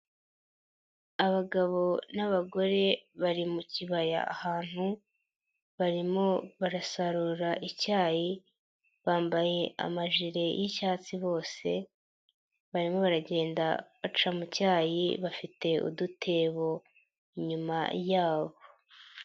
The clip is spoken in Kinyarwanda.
Abagabo n'abagore bari mu kibaya ahantu, barimo barasarura icyayi, bambaye amajire y'icyatsi bose, barimo baragenda baca mu cyayi bafite udutebo inyuma yabo.